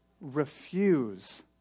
Refuse